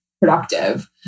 productive